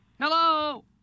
Hello